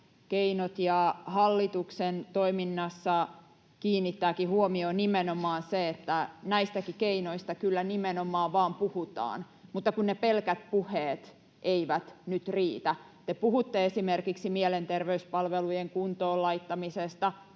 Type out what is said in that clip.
keinot. Hallituksen toiminnassa kiinnittääkin huomion nimenomaan se, että näistäkin keinoista kyllä nimenomaan vain puhutaan, mutta kun ne pelkät puheet eivät nyt riitä. Te puhutte esimerkiksi mielenterveyspalvelujen kuntoon laittamisesta